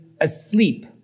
asleep